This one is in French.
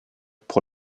pour